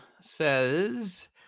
says